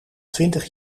twintig